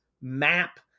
map